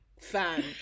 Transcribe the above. fan